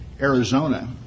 Arizona